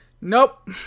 nope